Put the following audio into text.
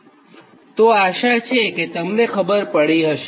તો આશા છે કે તમને ખબર પડી હશે